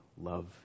love